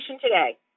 today